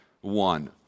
one